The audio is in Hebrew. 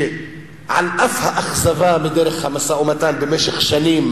שעל אף האכזבה מדרך המשא-ומתן במשך שנים,